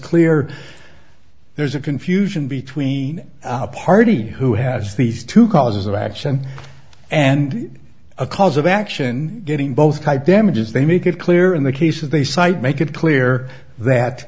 clear there's a confusion between party who has these two causes of action and a cause of action getting both type damages they make it clear in the cases they cite make it clear that